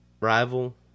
rival